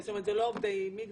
זאת אומרת, אלו לא עובדי מגדל.